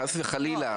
חס וחלילה,